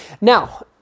now